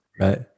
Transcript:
Right